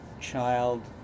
child